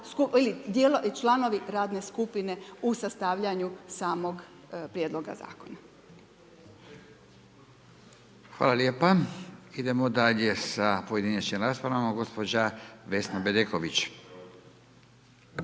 članovi radne skupine u sastavljanju samog prijedloga zakona. **Radin, Furio (Nezavisni)** Hvala lijepa. Idemo dalje sa pojedinačnim raspravama gospođa Vesna Bedeković.